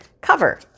cover